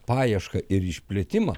paiešką ir išplėtimą